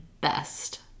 best